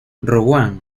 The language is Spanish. rowan